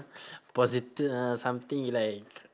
posit~ uh something like